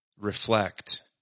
reflect